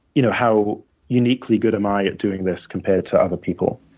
you know how uniquely good am i at doing this compared to other people?